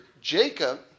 Jacob